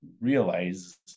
realize